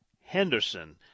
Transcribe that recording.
Henderson